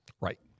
Right